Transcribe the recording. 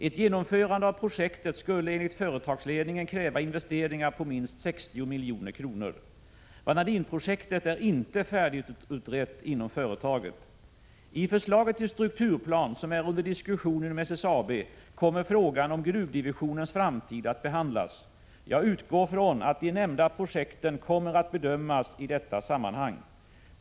Ett genomförande av projektet skulle enligt företagsledningen kräva investeringar på minst 60 milj.kr. Vanadinprojektet är inte färdigutrett inom företaget. I förslaget till strukturplan, som är under diskussion inom SSAB, kommer frågan om gruvdivisionens framtid att behandlas. Jag utgår från att de nämnda projekten kommer att bedömas i detta sammanhang.